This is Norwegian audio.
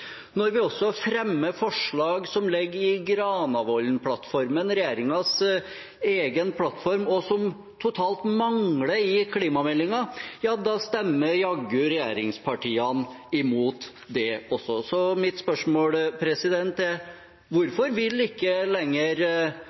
når vi også fremmer forslag som ligger i Granavolden-plattformen, regjeringens egen plattform, og som totalt mangler i klimameldingen, stemmer jaggu regjeringspartiene mot det også. Så mine spørsmål er: Hvorfor vil ikke regjeringen lenger